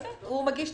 היושב-ראש.